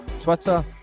Twitter